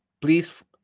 please